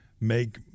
make